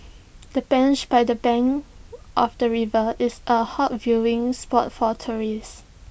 the bench by the bank of the river is A hot viewing spot for tourists